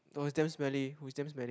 no it's damn smelly oh it's damn smelly